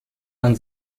man